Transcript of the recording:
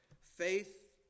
Faith